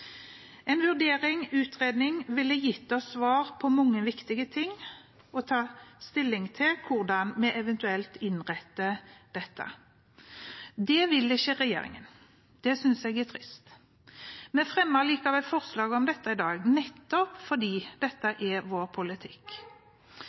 En vurdering, en utredning, ville gitt oss svar på mange viktige ting og tatt stilling til hvordan vi eventuelt innretter dette. Det vil ikke regjeringen, og det synes jeg er trist. Vi fremmer allikevel forslag om dette i dag, nettopp fordi